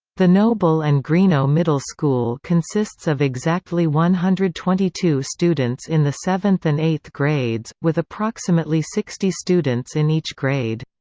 the noble and greenough middle school consists of exactly one hundred twenty two students in the seventh and eighth grades, with approximately sixty students in each grade.